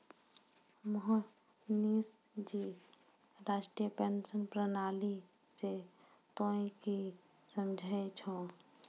मोहनीश जी राष्ट्रीय पेंशन प्रणाली से तोंय की समझै छौं